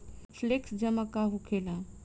Flexi जमा का होखेला?